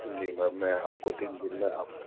جی ma'am میں آپ کو تین دن میں اب